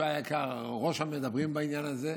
שהוא היה בעיקר ראש המדברים בעניין הזה,